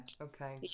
okay